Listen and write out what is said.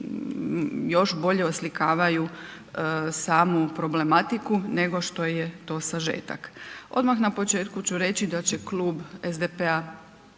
još bolje oslikavaju samu problematiku nego što je to sažetak. Odmah na početku ću reći da će Klub SDP-a